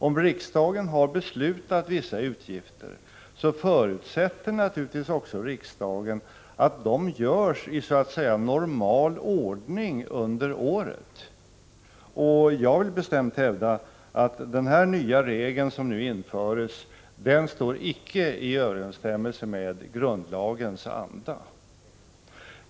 Om riksdagen har beslutat om vissa utgifter, förutsätter naturligtvis också riksdagen att besluten genomförs i normal ordning under året. Jag vill bestämt hävda att den nya regel som nu införs icke står i överensstämmelse med grundlagens anda.